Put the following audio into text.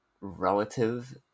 relative